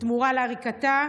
בתמורה לעריקתה?